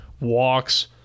walks